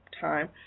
time